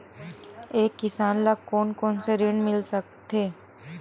एक किसान ल कोन कोन से ऋण मिल सकथे?